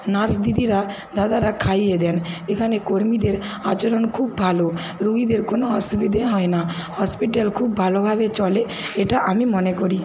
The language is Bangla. নার্স দিদিরা দাদারা খাইয়ে দেন এখানে কর্মীদের আচরণ খুব ভালো রুগিদের কোনো অসুবিধে হয় না হসপিটাল খুব ভালোভাবে চলে এটা আমি মনে করি